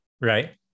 Right